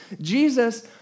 Jesus